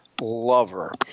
lover